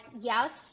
yes